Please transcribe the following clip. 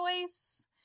choice